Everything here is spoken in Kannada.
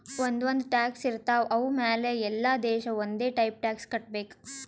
ಒಂದ್ ಒಂದ್ ಟ್ಯಾಕ್ಸ್ ಇರ್ತಾವ್ ಅವು ಮ್ಯಾಲ ಎಲ್ಲಾ ದೇಶ ಒಂದೆ ಟೈಪ್ ಟ್ಯಾಕ್ಸ್ ಕಟ್ಟಬೇಕ್